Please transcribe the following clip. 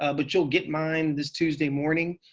ah but you'll get mine this tuesday morning.